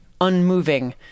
unmoving